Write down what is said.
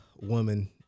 woman